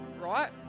right